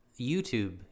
youtube